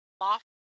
loft